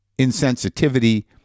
insensitivity